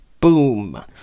Boom